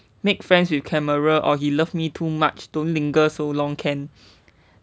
make friends with camera or he love me too much don't linger so long can